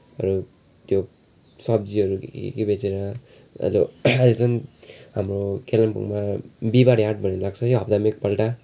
अरू त्यो सब्जीहरू के के बेचेर अरू अहिले त झन् हाम्रो कालिम्पोङमा बिहिबारे हाट भन्ने लाग्छ के हप्तामा एकपल्ट